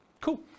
Cool